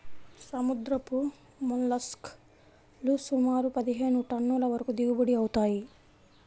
సముద్రపు మోల్లస్క్ లు సుమారు పదిహేను టన్నుల వరకు దిగుబడి అవుతాయి